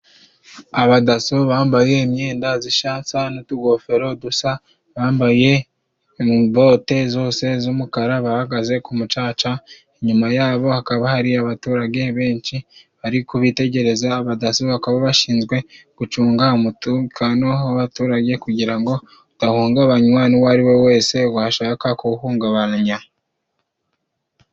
Abadaso bambaye imyenda zisha n'utugofero dusa bambaye bote zose z'umukara bahagaze ku mucaca inyuma yabo hakaba hari abaturage benshi bari kubitegereza abadaso bakaba bashinzwe gucunga umutekano w'abaturage kugira ngo udahungabanywa n'uwari we wese washaka kuwuhungabanya.